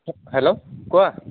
hello কোৱা